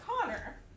Connor